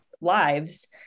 lives